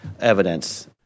evidence